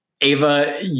Ava